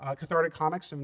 ah cathartic comics. and